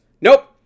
nope